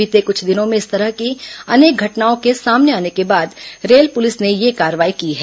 बीते कुछ दिनों में इस तरह की अनेक घटनाओं के सामने आने के बाद रेल पुलिस ने यह कार्रवाई की है